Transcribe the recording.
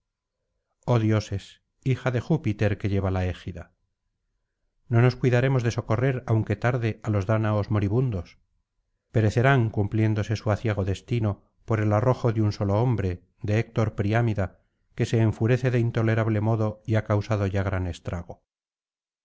dioses hija de júpiter que lleva la égida no nos cuidaremos de socorrer aunque tarde á los dáñaos moribundos perecerán cumpliéndose su aciago destino por el arrojo de un solo hombre de héctor priámida que se enfurece de intolerable modo y ha causado ya gran estrago